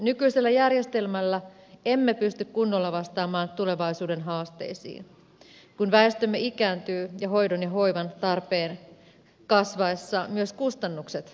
nykyisellä järjestelmällä emme pysty kunnolla vastaamaan tulevaisuuden haasteisiin kun väestömme ikääntyy ja hoidon ja hoivan tarpeen kasvaessa myös kustannukset kohoavat